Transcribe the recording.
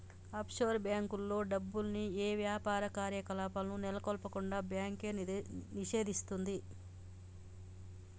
offshore బ్యేంకుల్లో డబ్బుల్ని యే యాపార కార్యకలాపాలను నెలకొల్పకుండా బ్యాంకు నిషేధిస్తది